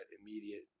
immediate